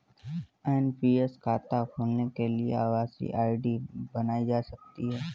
NPS खाता खोलने के लिए आभासी आई.डी बनाई जा सकती है